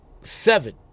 seven